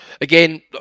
Again